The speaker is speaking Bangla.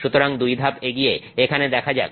সুতরাং দুই ধাপ এগিয়ে এখানে দেখা যাক